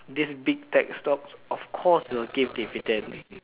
this big tech stocks of course will give dividend